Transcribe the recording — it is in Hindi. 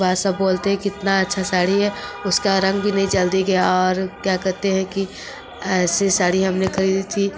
के बाद सब बोलते हैं कि कितना अच्छा साड़ी है उसका रंग भी नहीं जल्दी गया और क्या कहते हैं कि ऐसी साड़ी हम ने ख़रीदी थी